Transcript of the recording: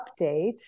update